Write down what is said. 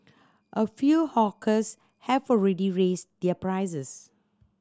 a few hawkers have already raised their prices